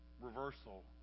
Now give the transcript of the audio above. Reversal